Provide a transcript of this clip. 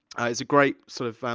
is a great, sort of,